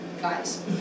guys